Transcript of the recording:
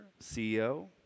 CEO